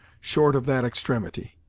short of that extremity.